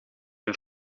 een